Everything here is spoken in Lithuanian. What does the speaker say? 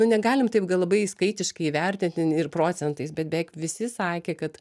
nu negalim taip gal labai skaitiškai įvertinti ir procentais bet beveik visi sakė kad